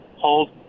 hold